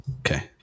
Okay